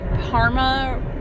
parma